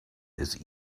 his